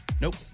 Nope